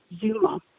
Zuma